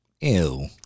Ew